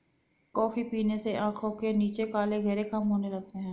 coffee पीने से आंखों के नीचे काले घेरे कम होने लगते हैं